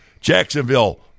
Jacksonville